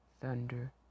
thunder